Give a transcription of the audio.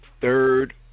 third